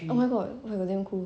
oh my god that'll be damn cool